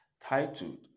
Titled